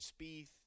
Spieth